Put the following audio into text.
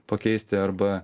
pakeisti arba